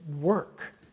work